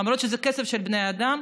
למרות שזה כסף של בני אדם,